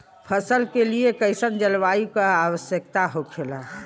फसल के लिए कईसन जलवायु का आवश्यकता हो खेला?